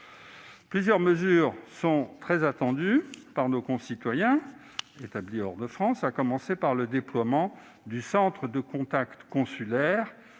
Plusieurs mesures sont attendues par nos concitoyens établis hors de France, à commencer par le déploiement de centres de contact consulaires,